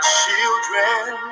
children